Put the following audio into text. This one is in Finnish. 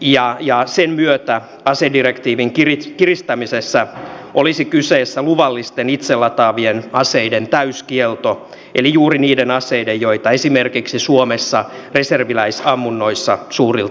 ja niiden myötä asedirektiivin kiristämisessä olisi kyse luvallisten itse lataavien aseiden täyskiellosta eli juuri niiden aseiden joita esimerkiksi suomessa reserviläisammunnoissa suurilta osin käytetään